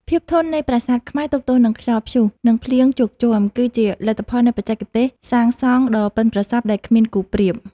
ភាពធន់នៃប្រាសាទខ្មែរទប់ទល់នឹងខ្យល់ព្យុះ និងភ្លៀងជោកជាំ គឺជាលទ្ធផលនៃបច្ចេកទេសសាងសង់ដ៏ប៉ិនប្រសប់ដែលគ្មានគូប្រៀប។